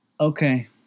Okay